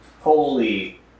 holy